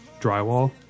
drywall